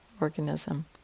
organism